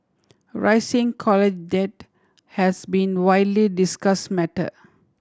rising college debt has been widely discuss matter